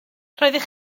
roeddech